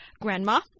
grandma